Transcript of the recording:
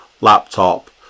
laptop